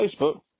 Facebook